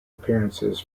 appearances